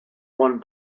one